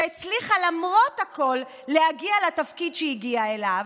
שהצליחה למרות הכול להגיע לתפקיד שהיא הגיעה אליו,